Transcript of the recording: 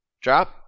drop